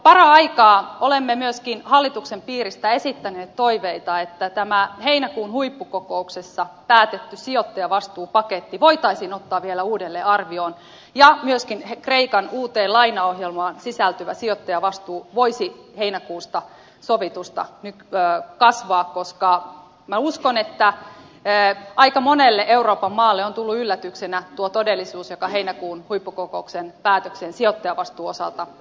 paraikaa olemme myöskin hallituksen piiristä esittäneet toiveita että tämä heinäkuun huippukokouksessa päätetty sijoittajavastuupaketti voitaisiin ottaa vielä uudelleen arvioon ja myöskin kreikan uuteen lainaohjelmaan sisältyvä sijoittajavastuu voisi heinäkuusta sovitusta kasvaa koska minä uskon että aika monelle euroopan maalle on tullut yllätyksenä tuo todellisuus joka heinäkuun huippukokouksen päätökseen sijoittajavastuun osalta sisältyy